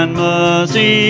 mercy